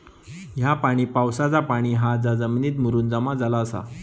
ह्या पाणी पावसाचा पाणी हा जा जमिनीत मुरून जमा झाला आसा